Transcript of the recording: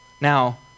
Now